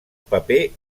paper